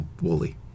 Wooly